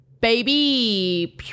baby